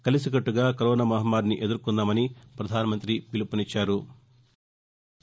కలిసికట్లుగా corona మహమ్మారిని ఎదుర్కొందామని ప్రధానమంతి పిలుపునిచ్చారు